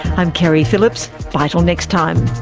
i'm keri phillips. bye til next time